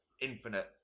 infinite